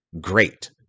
great